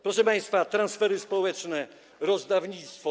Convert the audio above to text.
Proszę państwa, transfery społeczne, rozdawnictwo.